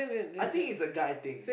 I think it's a guy thing